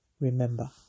Remember